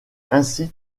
ainsi